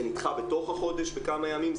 זה נדחה בתוך החודש בכמה ימים,